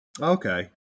Okay